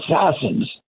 assassins